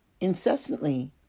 incessantly